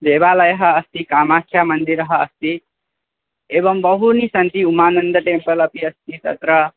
देवालयः अस्ति कामाख्या मन्दिरम् अस्ति एवं बहूनि सन्ति उमानन्द टेम्पल् अपि अस्ति तत्र